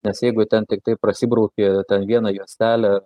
nes jeigu ten tiktai prasibrauki ten vieną juostelę